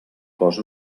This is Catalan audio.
cos